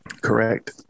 Correct